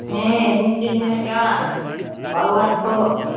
ᱦᱮᱸ ᱤᱧ ᱜᱮᱪᱚᱧ ᱢᱮᱱᱮᱫ ᱠᱟᱱ ᱵᱟᱞᱩᱜᱷᱟᱴ ᱠᱷᱚᱱ